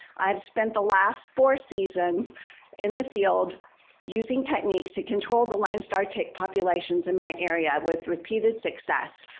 i've spent the last four seasons in the field using techniques to control the lone star tick populations in my area with repeated success.